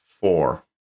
four